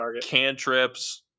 cantrips